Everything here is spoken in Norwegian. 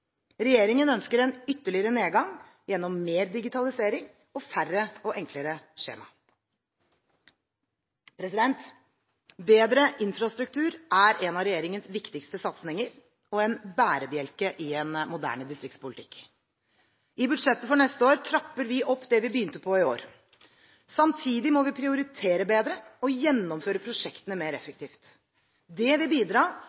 Regjeringen ønsker en ytterligere nedgang gjennom mer digitalisering og færre og enklere skjemaer. Bedre infrastruktur er en av regjeringens viktigste satsinger og en bærebjelke i en moderne distriktspolitikk. I budsjettet for neste år trapper vi opp det vi begynte på i år. Samtidig må vi prioritere bedre og gjennomføre prosjektene mer effektivt. Det vil bidra